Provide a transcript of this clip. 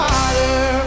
Father